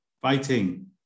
fighting